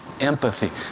Empathy